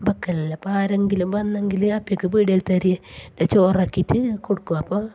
വയ്ക്കലില്ല അപ്പം ആരെങ്കിലും വന്നെങ്കിൽ അപ്യക്ക് പീടികയിലത്തെ അരി ചോറാക്കിയിട്ട് കൊടുക്കും അപ്പോൾ